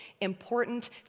important